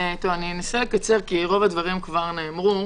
אני אנסה לקצר כי רוב הדברים כבר נאמרו.